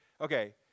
okay